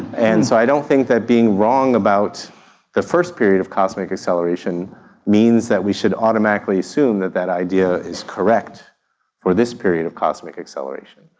and so i don't think that being wrong about the first period of cosmic acceleration means that we should automatically assume that that idea is correct for this period of cosmic acceleration.